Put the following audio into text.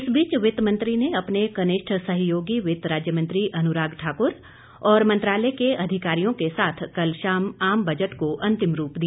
इस बीच वित्त मंत्री ने अपने कनिष्ठ सहयोगी वित्त राज्य मंत्री अनुराग ठाक्र और मंत्रालय के अधिकारियों के साथ कल शाम आम बजट को अंतिम रूप दिया